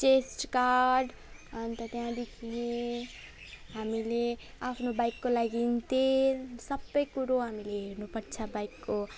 chest guard अन्त त्यहाँदेखि हामीले आफ्नो बाइकको लागि तेल सबै कुरो हामीले हेर्नुपर्छ बाइकको